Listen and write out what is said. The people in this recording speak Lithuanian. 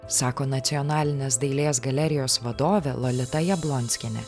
sako nacionalinės dailės galerijos vadovė lolita jablonskienė